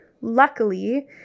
Luckily